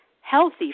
healthy